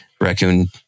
raccoon